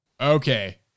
Okay